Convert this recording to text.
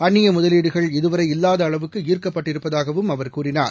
அந்நிய முதவீடுகள் இதுவரை இல்லாத அளவுக்கு ஈர்க்கப்பட்டிருப்பதாகவும் அவர் கூறினார்